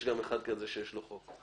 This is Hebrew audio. יש גם אחד כזה שיש לו חוק.